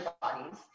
bodies